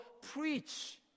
preach